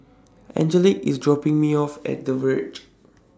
Angelic IS dropping Me off At The Verge